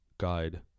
guide